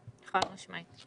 חד-משמעית.